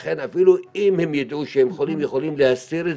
לכן אפילו אם הם יידעו שהם חולים הם יכולים להסתיר את